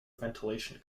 ventilation